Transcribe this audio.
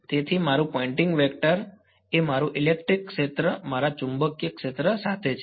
તેથી મારું Poynting vector સાથે છે અને મારું ઇલેક્ટ્રિક ક્ષેત્ર મારા ચુંબકીય ક્ષેત્ર સાથે છે